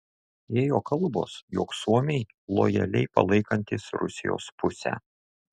ėjo kalbos jog suomiai lojaliai palaikantys rusijos pusę